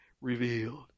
revealed